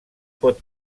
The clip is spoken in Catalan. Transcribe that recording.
pot